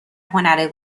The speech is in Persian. هنر